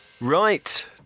Right